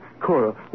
Cora